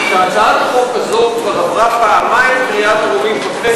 שהצעת החוק הזאת כבר עברה פעמיים בקריאה טרומית בכנסת,